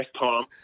Tom